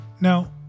Now